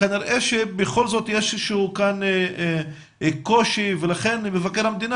כנראה שבכל זאת יש כאן קושי ולכן מבקר המדינה